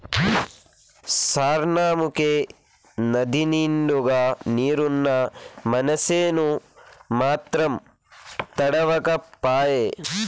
సార్నముకే నదినిండుగా నీరున్నా మనసేను మాత్రం తడవక పాయే